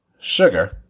sugar